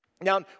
Now